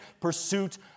pursuit